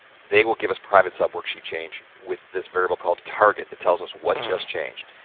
they will give us private sub worksheet change with this variable called target that tells us what just changed.